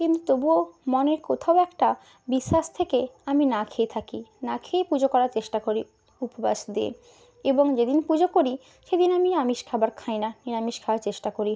কিন্তু তবুও মনের কোথাও একটা বিশ্বাস থেকে আমি না খেয়ে থাকি না খেয়ে পুজো করার চেষ্টা করি উপবাস দিয়ে এবং যেদিন পুজো করি সেদিন আমি আমিষ খাবার খাই না নিরামিষ খাওয়ার চেষ্টা করি